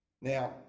Now